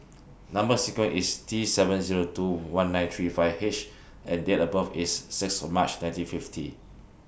Number sequence IS T seven Zero two one nine three five H and Date of birth IS six of March nineteen fifty